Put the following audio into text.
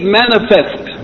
manifest